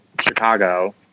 Chicago